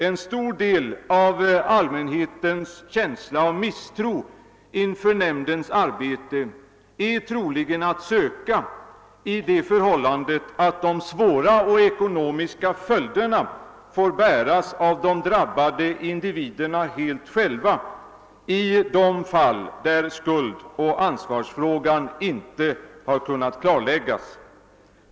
En stor del av allmänhetens känsla av misstro inför nämndens arbete är troligen att söka i det förhållandet att de svåra och ekonomiska följderna måste bäras av de drabbade individerna själva i de fall där skuldoch ansvarsfrågan inte har kunnat klarläggas.